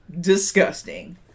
Disgusting